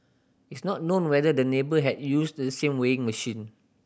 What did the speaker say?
it's not known whether the neighbour had used the same weighing machine